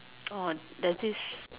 orh there's this